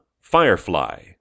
Firefly